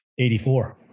84